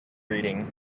reading